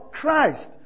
Christ